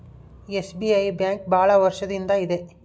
SBI bank ಭಾಳ ವರ್ಷ ಇಂದ ಇದೆ